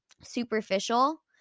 superficial